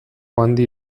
handi